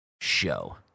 show